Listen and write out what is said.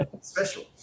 special